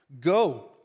go